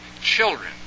children